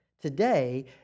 today